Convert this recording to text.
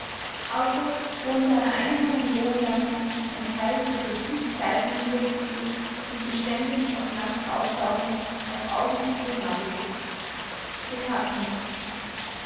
außer wo unter einer einsamen bogenlampe ein teil durch das licht leise hindurchflutet und beständig aus nacht auftauchend auf augenblicke farbig wird